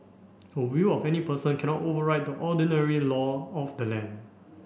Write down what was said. a will of any person cannot override the ordinary law of the land